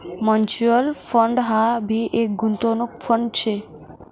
mutual fund हाई भी एक गुंतवणूक फंड शे